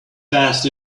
best